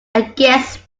against